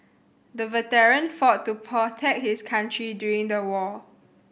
the veteran fought to protect his country during the war